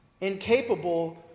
incapable